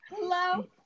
Hello